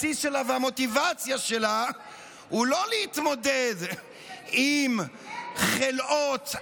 הבסיס שלה והמוטיבציה שלה הם לא להתמודד עם חלאות,